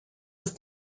was